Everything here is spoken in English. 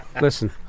listen